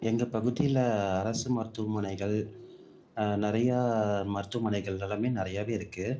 எங்கள் பகுதியில் அரசு மருத்துவமனைகள் நிறையா மருத்துவமனைகள் எல்லாமே நிறையாவே இருக்குது